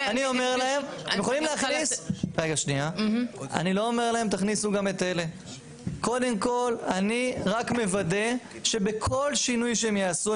אני אומר להם קודם כל אני רק מוודא שבכל שינוי שהם יעשו,